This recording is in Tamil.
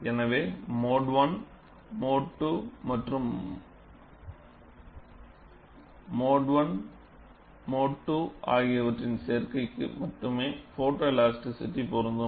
எனவே மோடு I மோடு II மற்றும் மோடு I மற்றும் மோடு II ஆகியவற்றின் சேர்க்கைக்கு மட்டுமே போட்டோஎலாஸ்டிசிடி பொருந்தும்